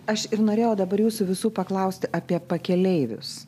aš ir norėjau dabar jūsų visų paklausti apie pakeleivius